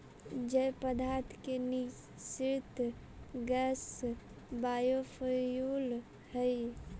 जैव पदार्थ के निःसृत गैस बायोफ्यूल हई